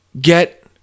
get